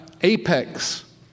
apex